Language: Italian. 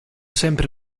sempre